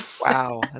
wow